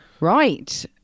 Right